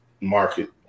market